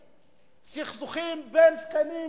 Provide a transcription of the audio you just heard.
סכסוכים בין השכנים?